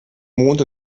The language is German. mond